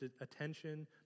attention